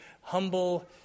humble